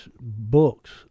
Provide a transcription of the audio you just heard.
books